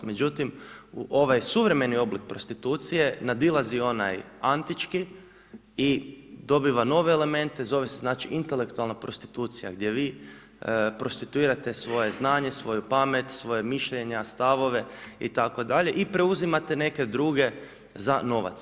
Međutim, ovaj suvremeni oblik prostitucije nadilazi onaj antički i dobiva nove elemente, zove se znači, intelektualna prostitucija gdje vi prostituirate svoje znanje, svoju pamet, svoja mišljenja, stavove itd. i preuzimate neke druge za novac.